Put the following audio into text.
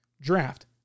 draft